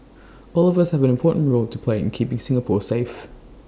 all of us have an important role to play in keeping Singapore safe